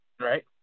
Right